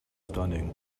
stunning